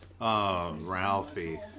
Ralphie